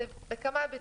זה בכמה היבטים.